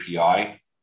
API